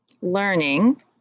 learning